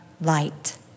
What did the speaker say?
light